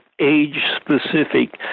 age-specific